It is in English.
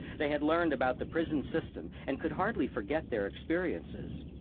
they had learned about the prison system and could hardly forget their experiences.